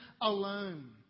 alone